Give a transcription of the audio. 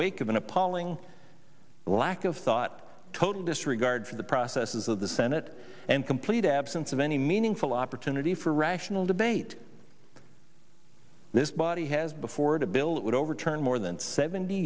wake of an appalling lack of thought total disregard for the processes of the senate and complete absence of any meaningful opportunity for rational debate this body has before it a bill that would overturn more than seventy